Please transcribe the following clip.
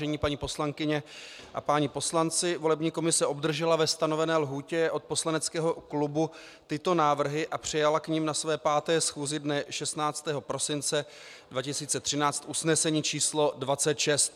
Vážené paní poslankyně a páni poslanci, volební komise obdržela ve stanovené lhůtě od poslaneckého klubu tyto návrhy a přijala k nim na své páté schůzi dne 16. prosince 2013 usnesení č. 26.